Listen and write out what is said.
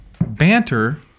banter